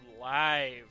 live